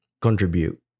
contribute